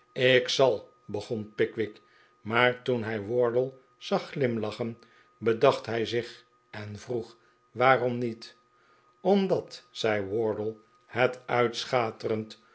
ik zal begon pickwick maar toen hij wardle zag glimlach'en bedacht hij zich en vroeg waarom niet omdat zei wardle het uitschaterend